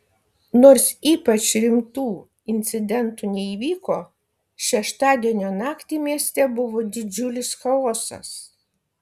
nors ypač rimtų incidentų neįvyko šeštadienio naktį mieste buvo didžiulis chaosas